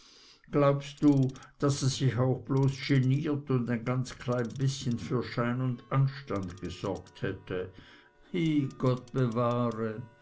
glaubst du daß er sich auch bloß geniert und ein ganz klein bißchen für schein und anstand gesorgt hätte i gott bewahre